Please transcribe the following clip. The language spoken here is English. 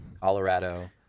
Colorado